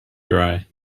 dry